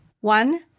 One